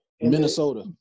Minnesota